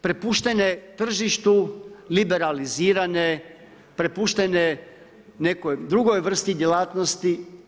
Prepuštene tržištu, liberalizirane, prepuštene nekoj drugoj vrsti djelatnosti.